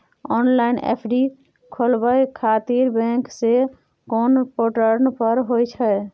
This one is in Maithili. ऑनलाइन एफ.डी खोलाबय खातिर बैंक के कोन पोर्टल पर होए छै?